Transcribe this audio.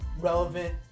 relevant